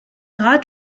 rat